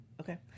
okay